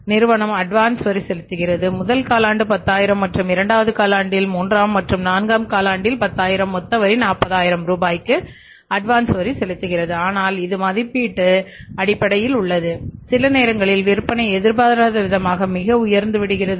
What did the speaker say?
நிறுவனம் அட்வான்ஸ் வரி செலுத்துகிறது ஆனால் இது மதிப்பீட்டு அடிப்படையில் உள்ளது சில நேரங்களில் விற்பனை எதிர்பாராத விதமாக மிக உயர்ந்து விடுகிறது